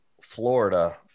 Florida